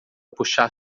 puxar